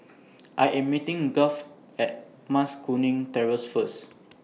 I Am meeting Garth At Mas Kuning Terrace First